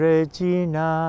Regina